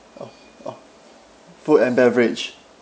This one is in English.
oh oh food and beverage